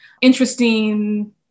interesting